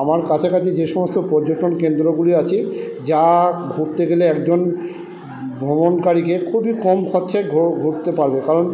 আমার কাছাকাছি যে সমস্ত পর্যটন কেন্দ্রগুলি আছে যা ঘুরতে গেলে একজন ভ্রমণকারীকে খুবই কম খরচায় ঘুরতে পারবে কারণ